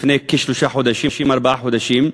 לפני שלושה-ארבעה חודשים,